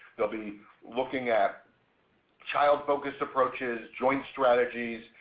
they'll be looking at child-focused approaches, joint strategies,